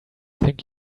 think